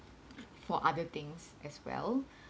for other things as well